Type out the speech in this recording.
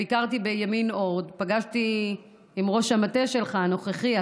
ביקרתי בימין אורד ופגשתי בראש המטה הנוכחי שלך,